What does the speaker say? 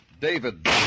David